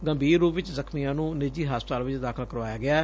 ਗੰਭੀਰ ਰੂਪ ਚ ਜ਼ਖ਼ਮੀਆਂ ਨੂੰ ਨਿੱਜੀ ਹਸਪਤਾਲ ਚ ਦਾਖਲ ਕਰਵਾਇਆ ਗਿਆਂ